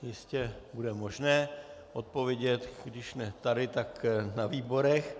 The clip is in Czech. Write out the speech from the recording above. Jistě bude možné odpovědět, když ne tady, tak na výborech.